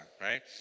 right